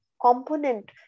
component